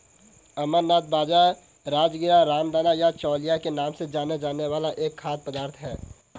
अमरनाथ बाजरा, राजगीरा, रामदाना या चौलाई के नाम से जाना जाने वाला एक खाद्य पदार्थ है